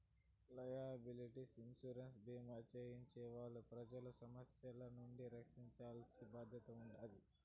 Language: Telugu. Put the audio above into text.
లైయబిలిటీ ఇన్సురెన్స్ భీమా చేయించే వాళ్ళు ప్రజలను సమస్యల నుండి రక్షించాల్సిన బాధ్యత ఉంటాది